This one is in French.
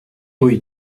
rue